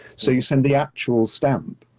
so you send the actual stamp,